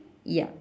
ya